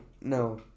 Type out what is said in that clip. no